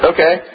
Okay